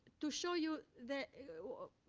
to show you that ah,